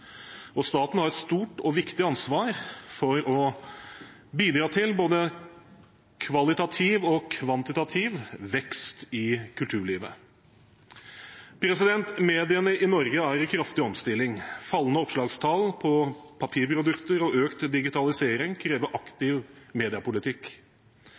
Staten har et stort og viktig ansvar for å bidra til både kvalitativ og kvantitativ vekst i kulturlivet. Mediene i Norge er i kraftig omstilling. Fallende opplagstall på papirprodukter og økt digitalisering krever aktiv mediepolitikk.